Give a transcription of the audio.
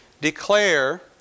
declare